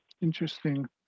Interesting